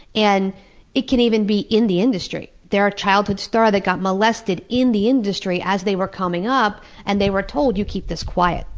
and it can even be in the industry. they were a childhood star, they got molested in the industry as they were coming up, and they were told, you keep this quiet,